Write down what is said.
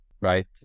right